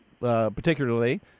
particularly